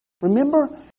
Remember